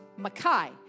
Makai